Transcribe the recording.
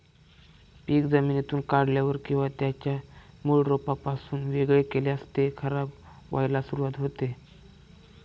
पीक जमिनीतून काढल्यावर किंवा त्याच्या मूळ रोपापासून वेगळे केल्यास ते खराब व्हायला सुरुवात होते